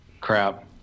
Crap